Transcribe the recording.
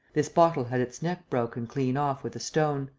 this bottle had its neck broken clean off with a stone.